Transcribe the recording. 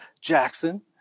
Jackson